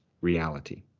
reality